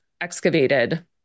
excavated